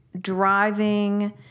driving